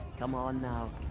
come on, now.